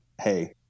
Hey